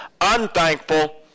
unthankful